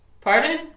Pardon